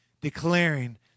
declaring